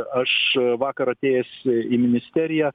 aš vakar atėjęs į ministeriją